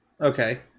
Okay